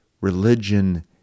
religion